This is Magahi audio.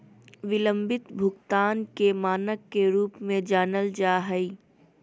बिलम्बित भुगतान के मानक के रूप में जानल जा हइ